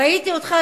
ראיתי אותך,